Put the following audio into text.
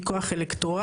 היא כוח אלקטורלי,